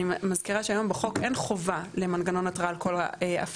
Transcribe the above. אני מזכירה שהיום בחוק אין חובה למנגנון התראה על כל ההפרות.